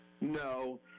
No